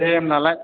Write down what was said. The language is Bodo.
दे होमब्लालाय